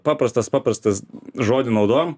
paprastas paprastas žodį naudojam